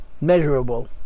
measurable